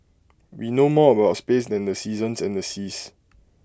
we know more about space than the seasons and the seas